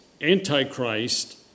Antichrist